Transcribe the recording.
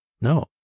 No